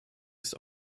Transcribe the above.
ist